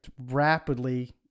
rapidly